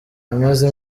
yamaze